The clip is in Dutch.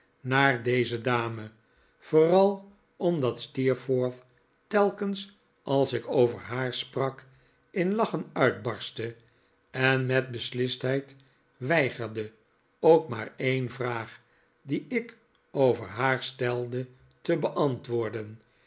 naar deze dame vooral omdat steerforth telkens als ik over haar sprak in lachen uitbarstte en met beslistheid weigerde ook maar een vraag die ik over haar stelde te beantwoorden